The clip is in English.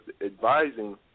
advising